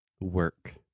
Work